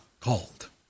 called